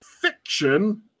fiction